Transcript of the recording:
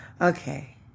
Okay